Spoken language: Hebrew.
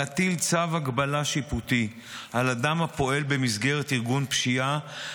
להטיל צו הגבלה שיפוטי על אדם הפועל במסגרת ארגון פשיעה,